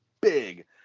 big